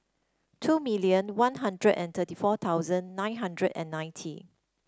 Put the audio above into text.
two million One Hundred and thirty four thousand nine hundred and ninety